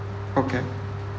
okay